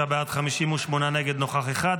49 בעד, 58 נגד, נוכח אחד.